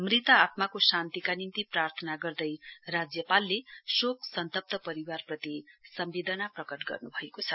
मृत आत्माको शान्तिका निम्ति प्रार्थना गर्दै राज्यपालले शोक सन्तप्त परिवारप्रति सम्वेदना प्रकट गर्नु भएको छ